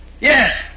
Yes